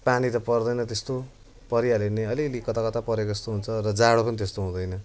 पानी त पर्दैन त्यस्तो परिहाल्यो भने अलि अलि कता कता परे जस्तो हुन्छ र जाडो नि त्यस्तो हुँदैन